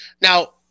Now